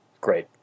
great